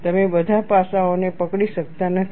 તમે બધા પાસાઓને પકડી શકતા નથી